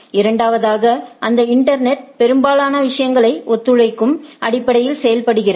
இரண்டாவதாக அந்த இன்டர்நெட் பெரும்பாலான விஷயங்களை ஒத்துழைக்கும் அடிப்படையில் செயல்படுகிறது